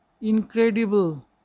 incredible